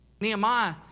Nehemiah